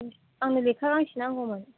आंनो लेखा गांसे नांगौमोन